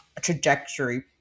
trajectory